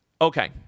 Okay